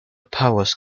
powers